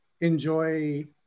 enjoy